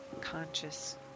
conscious